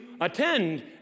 attend